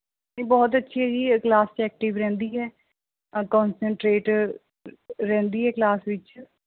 ਬਹੁਤ ਅੱਛੀ ਹੈ ਜੀ ਇਹ ਕਲਾਸ 'ਚ ਐਕਟਿਵ ਰਹਿੰਦੀ ਹੈ ਅ ਕੋਨਸਨਟ੍ਰੇਟ ਰਹਿੰਦੀ ਹੈ ਕਲਾਸ ਵਿੱਚ